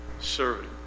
serving